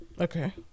okay